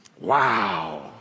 wow